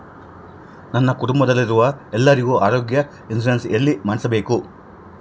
ನನ್ನ ಕುಟುಂಬದಲ್ಲಿರುವ ಎಲ್ಲರಿಗೂ ಆರೋಗ್ಯದ ಇನ್ಶೂರೆನ್ಸ್ ಎಲ್ಲಿ ಮಾಡಿಸಬೇಕು?